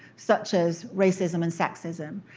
such as racism and sexism.